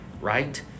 right